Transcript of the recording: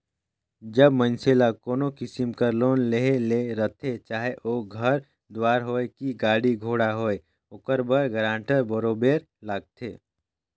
जब मइनसे ल कोनो किसिम कर लोन लेहे ले रहथे चाहे ओ घर दुवार होए कि गाड़ी घोड़ा होए ओकर बर गारंटर बरोबेर लागथे